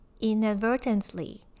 inadvertently